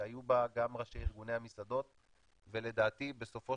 שהיו בה גם ראשי ארגוני המסעדות ולדעתי בסופו